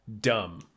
dumb